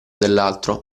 dell’altro